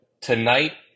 Tonight